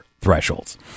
thresholds